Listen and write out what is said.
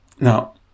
Now